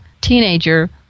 teenager